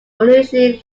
unusually